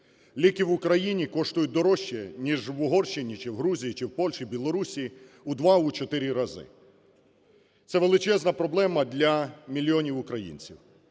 Ліки в Україні коштують дорожче, ніж в Угорщині, чи в Грузії, чи в Польщі, в Білорусії у два - у чотири рази. Це величезна проблема для мільйонів українців.